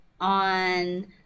on